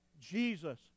Jesus